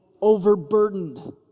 overburdened